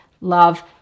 love